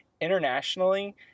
Internationally